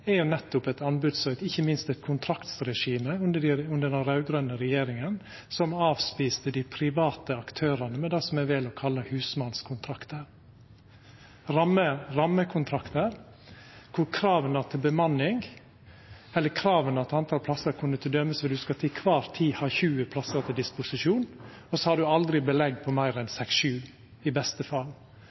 er nettopp eit anbods- og ikkje minst eit kontraktsregime under den raud-grøne regjeringa som avspiste dei private aktørane med det som eg vel å kalla husmannskontraktar. Det var snakk om rammekontraktar, kor krava til talet på plassar t.d. kunne vera at ein heile tida skal ha 20 plassar til disposisjon, og så er det aldri belegg på meir enn seks–sju i beste fall,